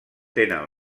tenen